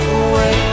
away